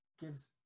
gives